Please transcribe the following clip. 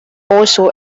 also